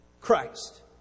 Christ